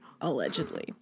Allegedly